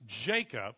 Jacob